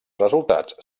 resultats